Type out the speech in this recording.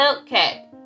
Okay